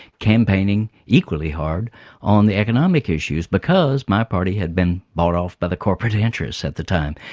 campaigning equally hard on the economic issues because my party had been bought off by the corporate interests at the time.